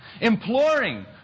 imploring